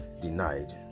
denied